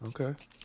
Okay